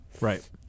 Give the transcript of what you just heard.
right